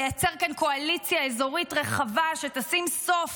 לייצר כאן קואליציה אזורית רחבה שתשים סוף